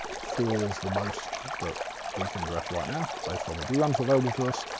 four's the most that we can dress right now, based on the d-rams available to us.